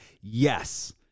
Yes